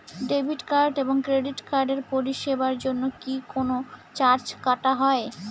Debit card এবং credit কার্ডের পরিষেবার জন্য কি কোন চার্জ কাটা হয়?